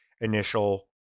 initial